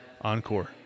encore